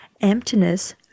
Emptiness